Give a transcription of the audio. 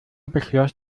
beschloss